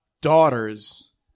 daughter's